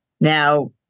Now